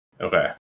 Okay